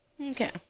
Okay